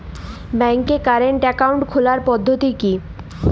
ব্যাংকে current account খোলার পদ্ধতি কি?